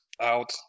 out